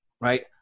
right